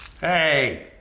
Hey